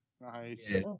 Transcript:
Nice